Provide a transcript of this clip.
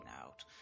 out